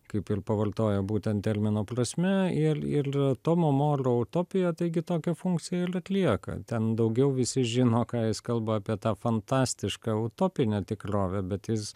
kaip ir pavartojo būtent termino prasme il il tomo moro utopija taigi tokią funkciją il atlieka ten daugiau visi žino ką jis kalba apie tą fantastišką utopinę tikrovę bet jis